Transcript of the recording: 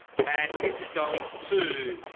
man this is going to,